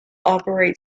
operate